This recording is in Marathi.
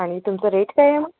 आणि तुमचा रेट काय आहे मग